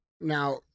now